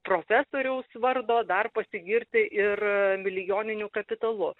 profesoriaus vardo dar pasigirti ir milijoniniu kapitalu